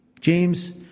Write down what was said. James